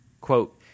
Quote